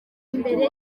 mbere